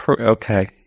Okay